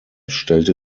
stellte